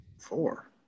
Four